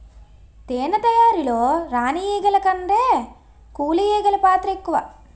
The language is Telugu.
తేనె తయారీలో రాణి ఈగల కంటే కూలి ఈగలు పాత్ర ఎక్కువ